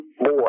boy